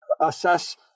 assess